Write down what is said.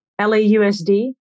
LAUSD